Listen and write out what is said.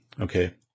Okay